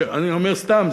אני אומר סתם,